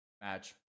match